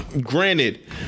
Granted